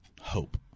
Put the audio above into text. hope